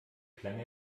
klang